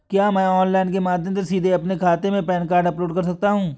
क्या मैं ऑनलाइन के माध्यम से सीधे अपने खाते में पैन कार्ड अपलोड कर सकता हूँ?